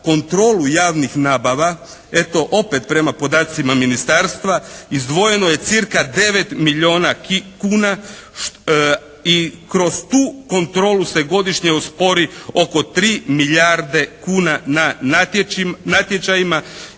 kontrolu javnih nabava eto opet prema podacima Ministarstva izdvojeno je cirka 9 milijuna kuna i kroz tu kontrolu se godišnje uspori oko 3 milijarde kuna na natječajima